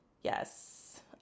Yes